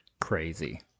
crazy